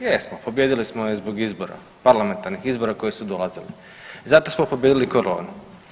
Jesmo, pobijedili smo je i zbog izbora, parlamentarnih izbora koji su dolazili zato smo pobijedili koronu.